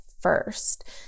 first